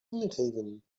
ingeven